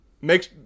Make